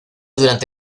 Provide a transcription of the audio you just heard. durante